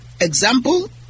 example